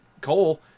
Cole